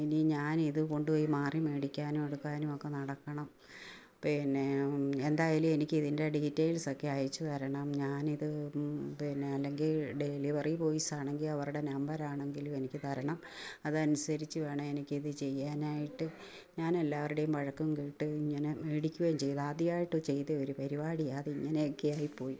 ഇനി ഞാനിത് കൊണ്ട് പോയി മാറി മേടിക്കാനും എടുക്കാനുമൊക്കെ നടക്കണം പിന്നെ എന്തായാലും എനിക്കിതിൻ്റെ ഡീറ്റെയിൽസൊക്കെ അയച്ചു തരണം ഞാനിത് പിന്നെ അല്ലെങ്കിൽ ഡെലിവറി ബോയ്സാണെങ്കിൽ അവരുടെ നമ്പരാണെങ്കിലും എനിക്ക് തരണം അതനുസരിച്ച് വേണം എനിക്കിത് ചെയ്യാനായിട്ട് ഞാനെല്ലാവരുടേം വഴക്കും കേട്ട് ഇങ്ങനെ മേടിക്കുകേം ചെയ്ത് ആദ്യമായിട്ട് ചെയ്തേ ഒരു പരിപാടിയാണ് അത് ഇങ്ങനെയൊക്കെ ആയിപ്പോയി